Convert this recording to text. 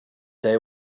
day